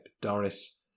Doris